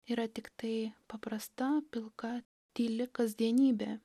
yra tiktai paprasta pilka tyli kasdienybė